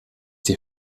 die